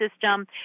system